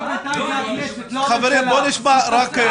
לא הממשלה.